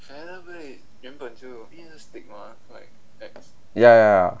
ya ya ya